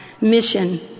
mission